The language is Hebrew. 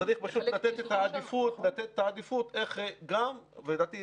צריך פשוט לתת את העדיפות איך גם לדעתי,